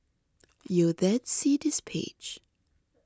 you'll then see this page